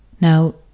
Now